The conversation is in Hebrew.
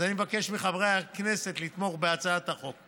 אני מבקש מחברי הכנסת לתמוך בהצעת החוק.